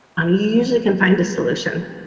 um you you usually can find a solution.